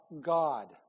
God